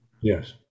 Yes